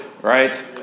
right